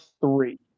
three